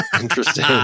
Interesting